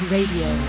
Radio